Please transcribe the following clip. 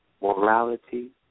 morality